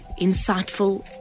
insightful